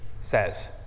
says